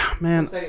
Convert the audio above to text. Man